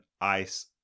ice